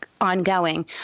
ongoing